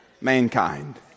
mankind